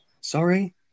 Sorry